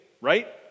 right